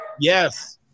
Yes